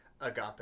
agape